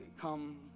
come